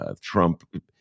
Trump